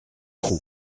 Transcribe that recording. trou